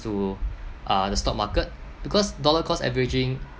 to uh the stock market because dollar cost averaging